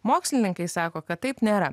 mokslininkai sako kad taip nėra